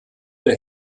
der